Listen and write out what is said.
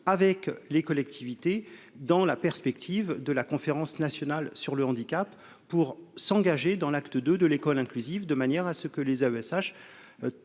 avec les collectivités dans la perspective de la conférence nationale sur le handicap pour s'engager dans l'acte de de l'école inclusive, de manière à ce que les AESH